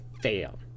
fail